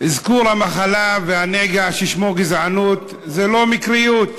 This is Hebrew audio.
אזכור המחלה והנגע ששמו גזענות, זה לא מקריות.